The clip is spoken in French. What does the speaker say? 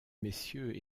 messieurs